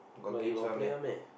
but you got play one meh